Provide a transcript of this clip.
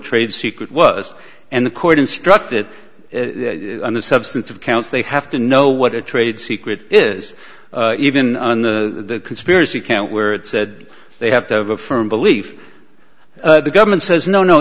trade secret was and the court instructed on the substance of counts they have to know what a trade secret is even on the conspiracy count where it said they have to have a firm belief the government says no no